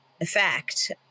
effect